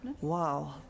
wow